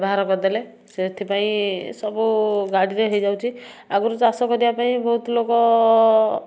ବାହାର କରିଦେଲେ ସେଥିପାଇଁ ସବୁ ଗାଡ଼ିରେ ହେଇଯାଉଛି ଆଗରୁ ଚାଷ କରିବା ପାଇଁ ବହୁତ ଲୋକ